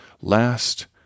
last